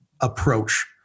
approach